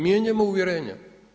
Mijenjamo uvjerenja.